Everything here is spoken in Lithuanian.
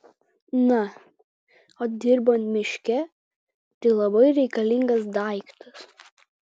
na o dirbant miške tai labai reikalingas daiktas